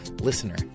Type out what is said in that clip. Listener